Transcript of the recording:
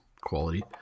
quality